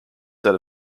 set